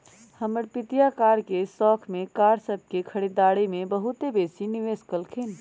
हमर पितिया कार के शौख में कार सभ के खरीदारी में बहुते बेशी निवेश कलखिंन्ह